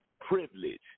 privilege